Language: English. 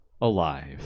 alive